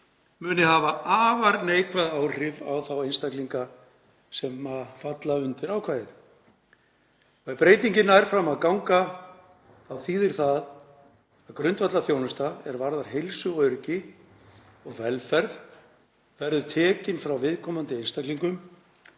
muni hafa afar neikvæð áhrif á þá einstaklinga sem falla undir ákvæðið. Ef breytingin nær fram að ganga þá þýðir það að grundvallarþjónusta er varðar heilsu, öryggi og velferð verður tekin frá viðkomandi einstaklingum